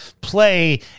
play